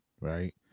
right